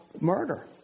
murder